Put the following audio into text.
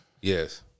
Yes